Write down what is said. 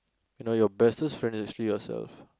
you know your bestest friend is actually yourself